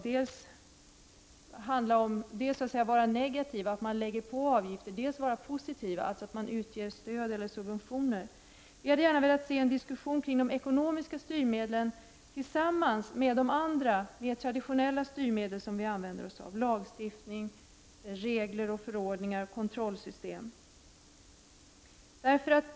De kan dels vara negativa, dvs. att avgifter läggs på, dels vara positiva, dvs. att stöd eller subventioner ges ut. Vi hade gärna sett en diskussion kring de ekonomiska styrmedlen tillsammans med de andra mer traditionella styrmedel som vi använder, dvs. lagstiftning, regler, förordningar och kontrollsystem.